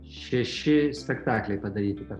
šeši spektakliai padaryti per